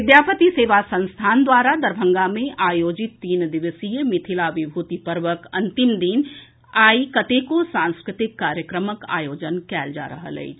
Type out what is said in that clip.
विद्यापति सेवा संस्थान द्वारा दरभंगा मे अयोजित तीन दिवसिय मिथिला विभुति पर्वक अंतिम दिन आई कतेको सांस्कृतिक कार्यक्रमक आयोजन कयल जा रहल अछि